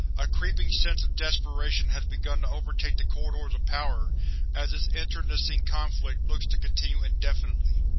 a creeping sense of desperation has begun to overtake the corridors of power as this internecine conflict looks to continue indefinitely.